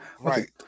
right